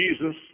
Jesus